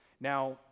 Now